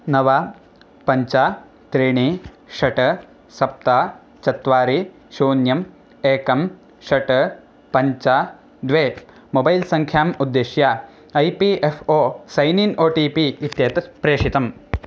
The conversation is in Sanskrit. नव पञ्च त्रीणि षट् सप्त चत्वारि शून्यम् एकं षट् पञ्च द्वे मोबैल् सङ्ख्याम् उद्दिश्य I P F O sign in O T P इत्येतत् प्रेषितम्